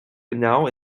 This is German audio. genau